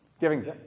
Giving